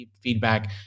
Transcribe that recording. feedback